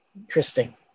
Interesting